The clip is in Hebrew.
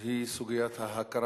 היא סוגיית ההכרה,